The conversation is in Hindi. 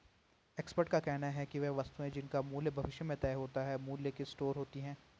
एक्सपर्ट का कहना है कि वे वस्तुएं जिनका मूल्य भविष्य में तय होता है मूल्य की स्टोर होती हैं